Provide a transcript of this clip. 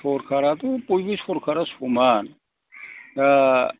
सरखाराथ' बयबो सरखारा समान दा